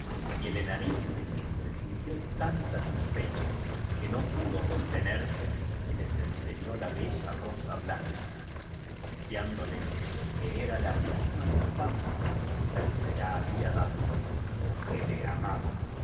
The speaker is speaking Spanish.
y el enanito se sintió tan satisfecho que no pudo contenerse y les enseñó la bella rosa blanca confiándoles que era la mis ma infanta la que se la había dado porque le amaba